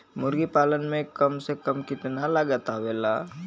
मुर्गी पालन में कम से कम कितना लागत आवेला?